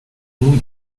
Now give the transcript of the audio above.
muy